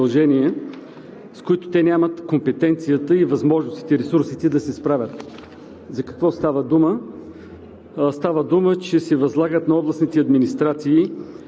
защото колегите от тях считат, че държавата им прехвърля задължения, с които те нямат компетенцията, възможностите и ресурсите да се справят. За какво става дума?